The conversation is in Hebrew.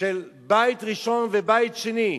של בית ראשון ובית שני,